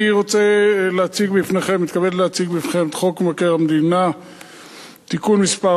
אני מתכבד להציג בפניכם את הצעת חוק מבקר המדינה (תיקון מס'